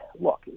Look